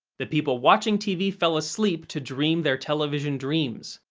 the people watching tv fell asleep to dream their television dreams,